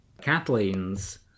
Kathleen's